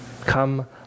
Come